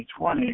2020